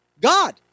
God